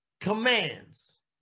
commands